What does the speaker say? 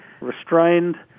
restrained